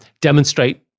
demonstrate